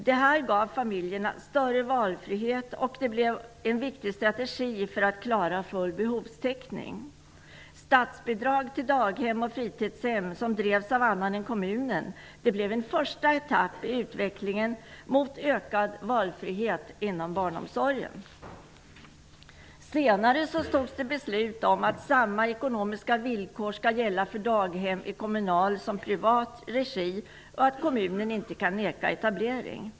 Detta gav familjerna större valfrihet, och det blev en viktig strategi för att klara full behovstäckning. Statsbidrag till daghem och fritidshem som drevs av annan än kommunen blev en första etapp i utvecklingen mot ökad valfrihet inom barnomsorgen. Senare fattades det beslut om att samma ekonomiska villkor skall gälla för daghem i kommunal och privat regi och att kommunen inte kan neka etablering.